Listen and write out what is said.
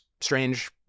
strange